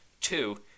Two